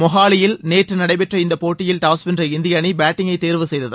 மொஹாலியில் நேற்று நடைபெற்ற இந்த போட்டியில் டாஸ் வென்ற இந்திய அணி பேட்டிங்கை தேர்வு செய்தது